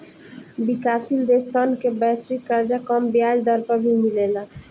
विकाशसील देश सन के वैश्विक कर्जा कम ब्याज दर पर भी मिलेला